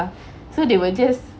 so they were just